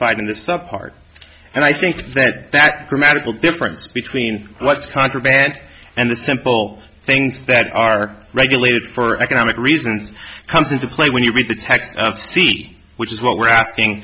specified in the sub part and i think that that grammatical difference between what's contraband and the simple things that are regulated for economic reasons comes into play when you read the text which is what we're